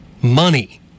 money